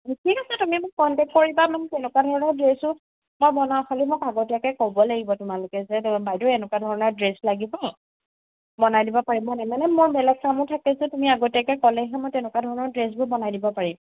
ঠিক আছে তুমি মোক কণ্টেক্ট কৰিবা মোক তেনেকুৱা ধৰণৰ ড্ৰেছো মই বনাওঁ খালী মোক আগতীয়াকৈ ক'ব লাগিব তোমালোকে যে বাইদেউ এনেকুৱা ধৰণৰ ড্ৰেছ লাগিব বনাই দিব পাৰিমানে মানে মোৰ বেলেগ কামো থাকে যে তুমি আগতীয়াকৈ ক'লেহে মই তেনেকুৱা ধৰণৰ ড্ৰেবোৰ বনাই দিব পাৰিম